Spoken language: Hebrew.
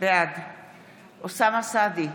בעד אוסאמה סעדי,